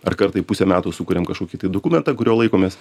ar kartą į pusę metų sukuriam kažkokį tai dokumentą an kurio laikomės